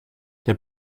der